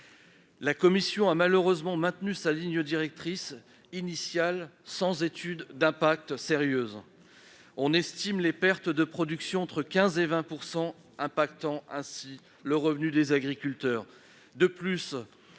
La Commission a malheureusement maintenu sa ligne directrice initiale, sans mener d'étude d'impact sérieuse. On estime les pertes de production entre 15 % et 20 %, ce qui aura des conséquences sur le revenu des agriculteurs. De plus,